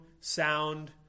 sound